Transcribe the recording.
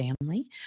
family